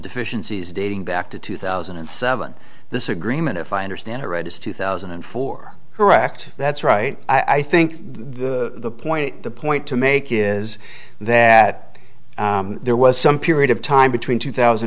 deficiencies dating back to two thousand and seven this agreement if i understand it right is two thousand and four correct that's right i think the point the point to make is that there was some period of time between two thousand